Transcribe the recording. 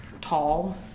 tall